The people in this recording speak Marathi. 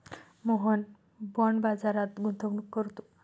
मोहन बाँड बाजारात गुंतवणूक करतो